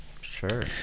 Sure